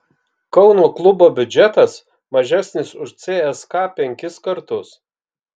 kauno klubo biudžetas mažesnis už cska penkis kartus